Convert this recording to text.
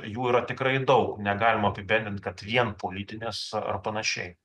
jų yra tikrai daug negalim apibendrint kad vien politinės ar panašiai